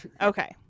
okay